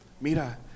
Mira